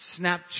Snapchat